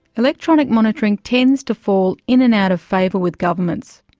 electronic monitoring tends to fall in and out of favour with governments.